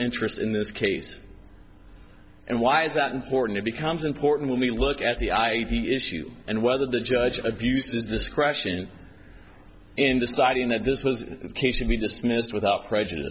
interest in this case and why is that important it becomes important when we look at the id issue and whether the judge abused his discretion and in deciding that this was a case he dismissed without prejudice